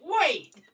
wait